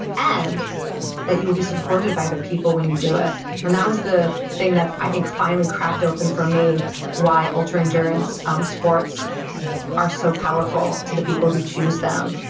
and that you'll be supported by other people when you do it and that was the thing that i think finally cracked open for me why ultra-endurance um sports are so powerful to the people who choose them.